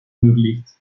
ermöglicht